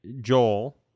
Joel